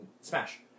Smash